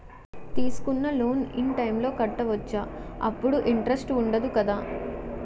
తీసుకున్న loan in time లో కట్టవచ్చ? అప్పుడు ఇంటరెస్ట్ వుందదు కదా?